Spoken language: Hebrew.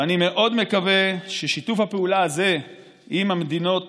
ואני מאוד מקווה ששיתוף הפעולה הזה עם המדינות